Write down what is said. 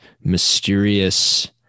mysterious